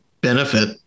benefit